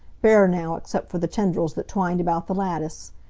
bare now except for the tendrils that twined about the lattice.